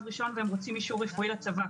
ראשון והם רוצים אישור רפואי על צבא.